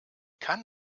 kann